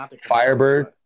Firebird